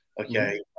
okay